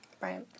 right